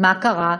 מה קרה?